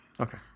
Okay